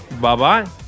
Bye-bye